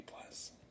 plus